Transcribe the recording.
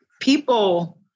People